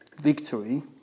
victory